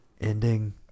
ending